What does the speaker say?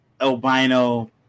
albino